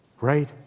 right